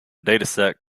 dataset